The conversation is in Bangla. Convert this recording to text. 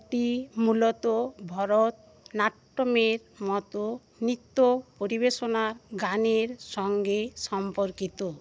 এটি মূলত ভরতনাট্যমের মতো নৃত্য পরিবেশনার গানের সঙ্গে সম্পর্কিত